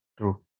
True